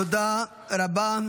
תודה רבה.